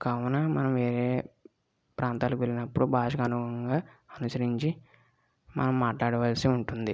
కావున మనము వేరే ప్రాంతానికి వెళ్ళినప్పుడు భాషకు అనుగుణంగా అనుసరించి మనం మాట్లాడవలసి ఉంటుంది